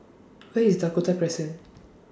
Where IS Dakota Crescent